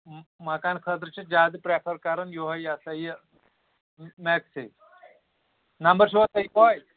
مَکان خٲطرٕ چھِ جادٕ پرٛیفَر کَران یہوے یہِ ہَسا یہِ میکسٕے نمبر چھُوا تۄہہِ پاے